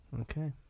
Okay